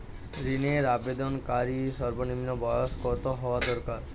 ঋণের আবেদনকারী সর্বনিন্ম বয়স কতো হওয়া দরকার?